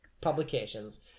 publications